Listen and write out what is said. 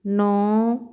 ਨੌਂ